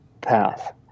path